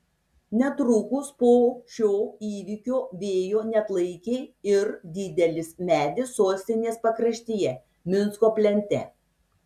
netrukus po šio įvykio vėjo neatlaikė ir didelis medis sostinės pakraštyje minsko plente